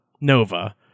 Nova